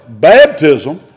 Baptism